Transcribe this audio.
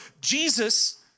Jesus